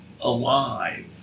alive